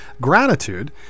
gratitude